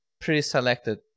pre-selected